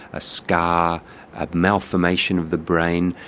a scar, a malformation of the brain.